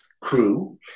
crew